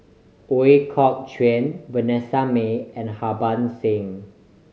Ooi Kok Chuen Vanessa Mae and Harbans Singh